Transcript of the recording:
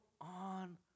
on